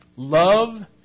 Love